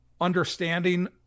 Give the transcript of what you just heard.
understanding